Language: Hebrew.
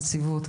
נציבות,